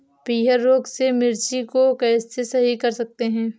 पीहर रोग से मिर्ची को कैसे सही कर सकते हैं?